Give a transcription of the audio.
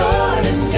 Jordan